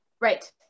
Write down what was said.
Right